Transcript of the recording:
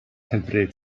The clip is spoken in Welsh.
hyfryd